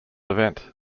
event